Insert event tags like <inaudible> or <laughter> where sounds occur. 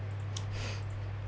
<breath>